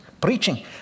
Preaching